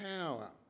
power